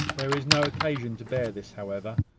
there is no occasion to bear this, however.